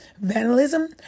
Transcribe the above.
vandalism